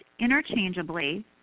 interchangeably